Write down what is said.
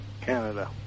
Canada